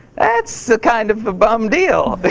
that's a kind of a bum deal.